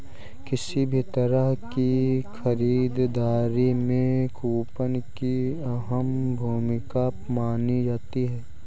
किसी भी तरह की खरीददारी में कूपन की अहम भूमिका मानी जाती है